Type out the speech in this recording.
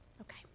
Okay